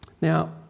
Now